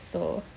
so